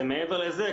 מעבר לזה,